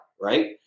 right